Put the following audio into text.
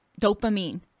dopamine